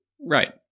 Right